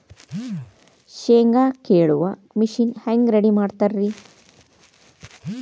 ಶೇಂಗಾ ಕೇಳುವ ಮಿಷನ್ ಹೆಂಗ್ ರೆಡಿ ಮಾಡತಾರ ರಿ?